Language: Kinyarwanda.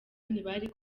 ntibari